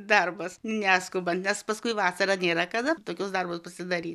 darbas neskubant nes paskui vasarą nėra kada tokius darbus pasidary